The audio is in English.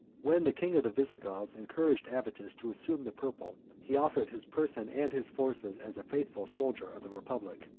when the king of the visigoths encouraged avitus to assume the purple, he offered his person and his forces, as a faithful soldier of the republic.